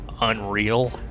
unreal